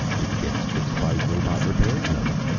it gets fixed by robot repair units.